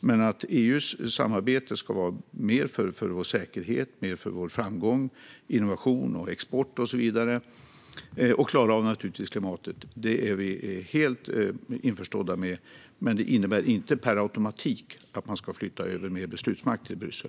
Men att EU ska samarbeta mer för vår säkerhet och vår framgång, för innovation och export och naturligtvis för att klara klimatet är vi helt införstådda med. Det innebär dock inte per automatik att mer beslutsmakt ska flyttas till Bryssel.